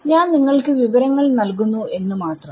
ഞാൻ നിങ്ങൾക്ക് വിവരങ്ങൾ നൽകുന്നു എന്ന് മാത്രം